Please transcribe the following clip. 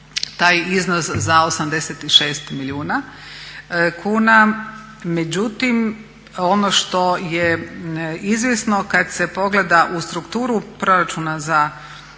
taj iznos za 86 milijuna kuna, međutim ono što je izvjesno kad se pogleda u strukturu proračuna za